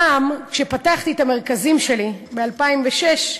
פעם, כשפתחתי את המרכזים שלי, ב-2006,